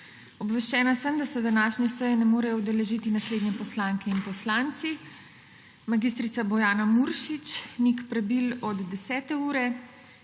Obveščena sem, da se današnje seje ne morejo udeležiti naslednji poslanke in poslanci: mag. Bojana Muršič, Nik Prebil od 10. ure